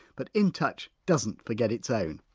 but in touch doesn't forget its own.